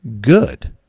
good